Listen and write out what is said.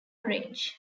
orange